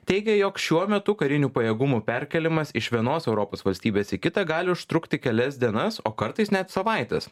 teigė jog šiuo metu karinių pajėgumų perkėlimas iš vienos europos valstybės į kitą gali užtrukti kelias dienas o kartais net savaites